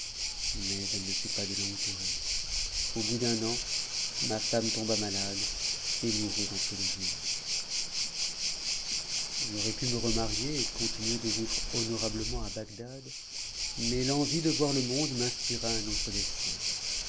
mais elle ne fut pas de longue durée au bout d'un an ma femme tomba malade et mourut en peu de jours j'aurais pu me remarier et continuer de vivre honorablement à bagdad mais l'envie de voir le monde m'inspira un autre dessein